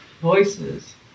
voices